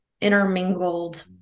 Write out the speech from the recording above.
intermingled